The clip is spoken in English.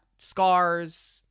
Scars